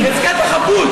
או בדמותו של היטלר?